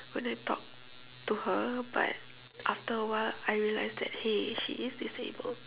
when I talk to her but after awhile I realised that hey she is disabled